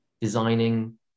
designing